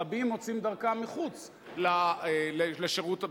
רבים מוצאים דרכם אל מחוץ לשירות המילואים,